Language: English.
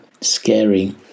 Scary